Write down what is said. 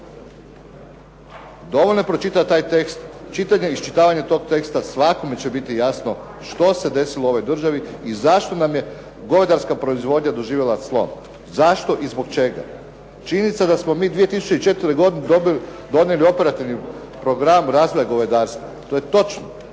Dovoljno je pročitati taj tekst. Čitanjem i iščitavanjem tog teksta svakome će biti jasno što se desilo ovoj državi i zašto nam je govedarska proizvodnja doživjela slom, zašto i zbog čega. Činjenica je da smo mi 2004. godine donijeli Operativni program razvoja govedarstva, to je točno.